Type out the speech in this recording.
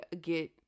get